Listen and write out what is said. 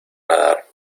nadar